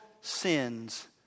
sins